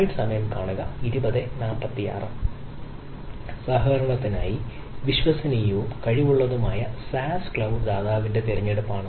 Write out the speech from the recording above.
സഹകരണത്തിനായി വിശ്വസനീയവും കഴിവുള്ളതുമായ SaaS cloud ദാതാവിന്റെ തിരഞ്ഞെടുപ്പാണ് ഒന്ന്